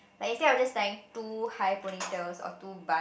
like instead of just tying two high pony tails or two bun